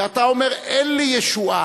ואתה אומר: אין לי ישועה,